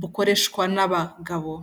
bukoreshwa n'abagabo.